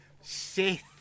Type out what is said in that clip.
Sith